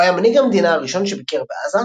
הוא היה מנהיג המדינה הראשון שביקר בעזה